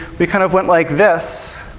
we kind of went like this,